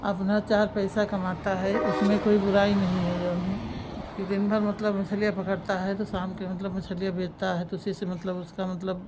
अपना चार पैसा कमाता है उसमें कोई बुराई नहीं है जऊन है कि दिनभर मतलब मछलियाँ पकड़ता है तो शाम के मतलब मछलियाँ बेचता है तो उसी से मतलब उसका मतलब